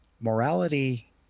morality